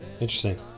interesting